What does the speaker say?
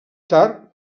tard